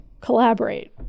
collaborate